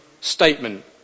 statement